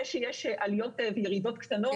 זה שיש עליות וירידות קטנות,